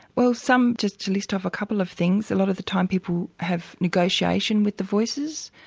well some, just to list off a couple of things, a lot of the time people have negotiation with the voices.